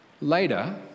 Later